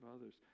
others